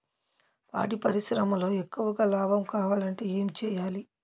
పాడి పరిశ్రమలో ఎక్కువగా లాభం కావాలంటే ఏం చేయాలి?